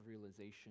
realization